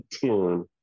tune